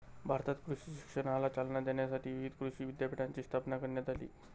भारतात कृषी शिक्षणाला चालना देण्यासाठी विविध कृषी विद्यापीठांची स्थापना करण्यात आली